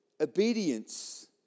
Obedience